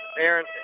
Aaron